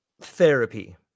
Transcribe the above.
therapy